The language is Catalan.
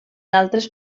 altres